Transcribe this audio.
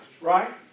right